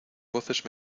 voces